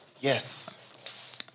Yes